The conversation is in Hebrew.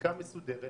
בחקיקה מסודרת